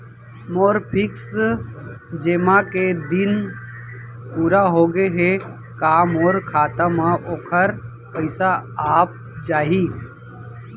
मोर fix जेमा के दिन पूरा होगे हे का मोर खाता म वोखर पइसा आप जाही?